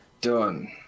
done